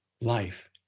life